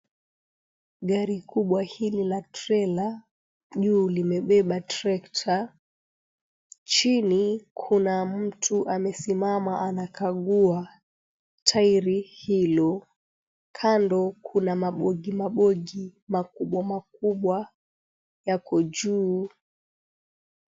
Gari kubwa hili la trela, juu limebeba trekta, chini kuna mtu amesimama, anakagua tairi hilo, kando kuna mabogi, mabogi makubwa makubwa yako juu.